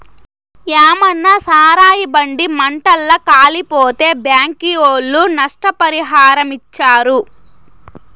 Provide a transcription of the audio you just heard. మాయన్న సారాయి బండి మంటల్ల కాలిపోతే బ్యాంకీ ఒళ్ళు నష్టపరిహారమిచ్చారు